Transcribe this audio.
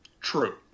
True